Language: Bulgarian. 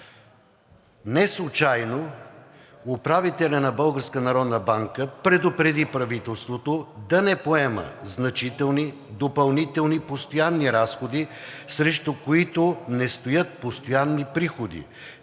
народна банка предупреди правителството да не поема значителни допълнителни постоянни разходи, срещу които не стоят постоянни приходи,